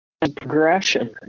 progression